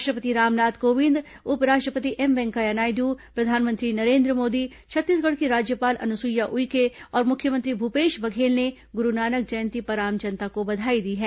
राष्ट्रपति रामनाथ कोविंद उप राष्ट्रपति एम वेंकैया नायडू प्रधानमंत्री नरेन्द्र मोदी छत्तीसगढ़ की राज्यपाल अनुसुईया उइके और मुख्यमंत्री भूपेश बघेल ने ग़रुनानक जयंती पर आम जनता को बधाई दी है